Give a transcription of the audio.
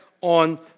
on